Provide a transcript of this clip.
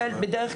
יש צורך במדיניות